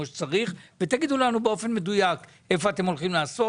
שצריך ותגידו לנו באופן מדויק איפה אתם הולכים לעשות?